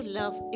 love